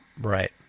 Right